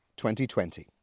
2020